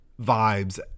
vibes